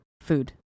Food